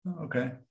Okay